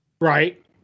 Right